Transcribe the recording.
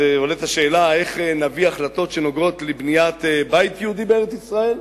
עולה השאלה איך נביא החלטות שנוגעות לבניית בית יהודי בארץ-ישראל,